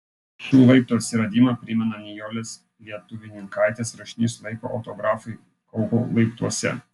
šių laiptų atsiradimą primena nijolės lietuvninkaitės rašinys laiko autografai kauko laiptuose